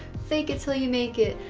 fake it till you make it,